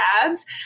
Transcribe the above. ads